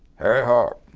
harry harp,